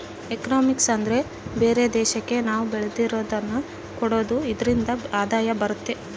economics ಅಂದ್ರೆ ಬೇರೆ ದೇಶಕ್ಕೆ ನಾವ್ ಬೆಳೆಯೋದನ್ನ ಕೊಡೋದು ಇದ್ರಿಂದ ಆದಾಯ ಬರುತ್ತೆ